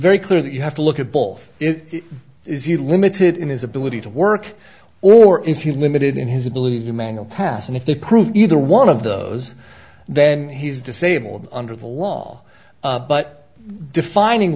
very clear that you have to look at both it is you limited in his ability to work or is he limited in his ability to mangle pass and if they prove either one of those then he's disabled under the law but defining